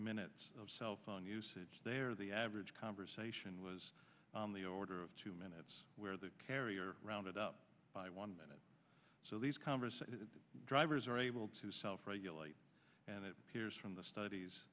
minutes of cell phone usage there the average conversation was on the order of two minutes where the carrier rounded up by one minute so these converse drivers are able to self regulate and it appears from the buddies